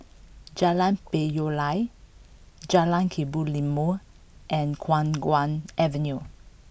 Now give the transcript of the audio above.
Jalan Payoh Lai Jalan Kebun Limau and Khiang Guan Avenue